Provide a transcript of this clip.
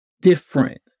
different